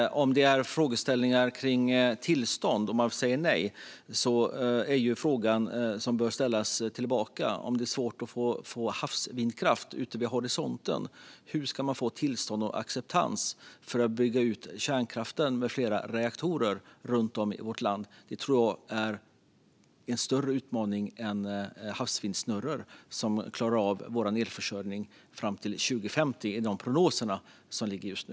När det gäller frågeställningar om tillstånd och att man säger nej är den fråga som bör ställas tillbaka: Om det är svårt att få havsvindkraft ute vid horisonten, hur ska man då få tillstånd och acceptans för att bygga ut kärnkraften med flera reaktorer runt om i vårt land? Det tror jag är en större utmaning än havsvindsnurror, som klarar av vår elförsörjning fram till 2050, enligt de prognoser som finns just nu.